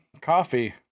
coffee